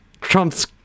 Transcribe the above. trump's